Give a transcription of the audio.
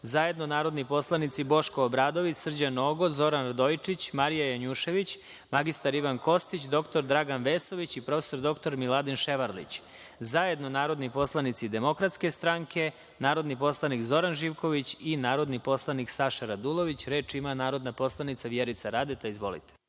zajedno narodni poslanici Boško Obradović, Srđan Nogo, Zoran Radojičić, Marija Janjušević, mr Ivan Kostić, dr Dragan Vesović i prof. dr Miladin Ševarlić, zajedno narodni poslanici DS, narodni poslanik Zoran Živković i narodni poslanik Saša Radulović. Reč ima narodna poslanica Vjerica Radeta. Izvolite.